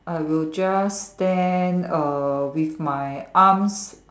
I will just stand err with my arms